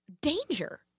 danger